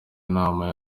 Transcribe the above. inama